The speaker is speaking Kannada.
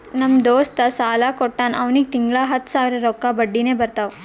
ನಮ್ ದೋಸ್ತ ಸಾಲಾ ಕೊಟ್ಟಾನ್ ಅವ್ನಿಗ ತಿಂಗಳಾ ಹತ್ತ್ ಸಾವಿರ ರೊಕ್ಕಾ ಬಡ್ಡಿನೆ ಬರ್ತಾವ್